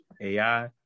AI